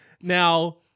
Now